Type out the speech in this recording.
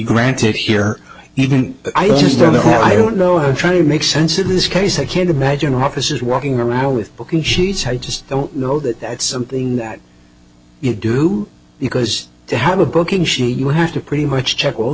granted here even i just don't know how i don't know how trying to make sense in this case i can't imagine officers walking around with booking sheets i just don't know that that's something that you do because they have a booking sheet you have to pretty much check all